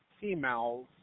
females